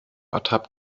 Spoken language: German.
ertappt